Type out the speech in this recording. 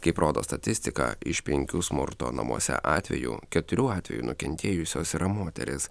kaip rodo statistika iš penkių smurto namuose atvejų keturių atveju nukentėjusios yra moterys